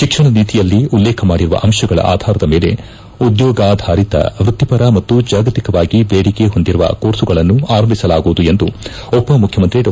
ಶಿಕ್ಷಣ ನೀತಿಯಲ್ಲಿ ಉಲ್ಲೇಖ ಮಾಡಿರುವ ಅಂಶಗಳ ಆಧಾರದ ಮೇಲೆ ಉದ್ಲೋಗಾಧಾರಿತ ವ್ಯಕ್ತಿಪರ ಮತ್ತು ಜಾಗತಿಕವಾಗಿ ಬೇಡಿಕೆ ಹೊಂದಿರುವ ಕೋರ್ಸುಗಳನ್ನೂ ಆರಂಭಿಸಲಾಗುವುದು ಎಂದು ಉಪಮುಖ್ಯಮಂತ್ರಿ ಡಾ